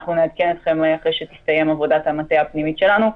אנחנו נעדכן אתכם אחרי שתסתיים עבודת המטה הפנימית שלנו.